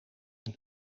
een